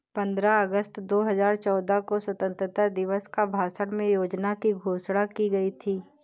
पन्द्रह अगस्त दो हजार चौदह को स्वतंत्रता दिवस भाषण में योजना की घोषणा की गयी थी